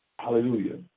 Hallelujah